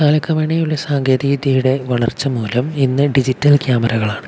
കാലക്രമേണയുള്ള സാങ്കേതികവിദ്യയുടെ വളർച്ച മൂലം ഇന്ന് ഡിജിറ്റൽ ക്യാമറകൾ ആണ്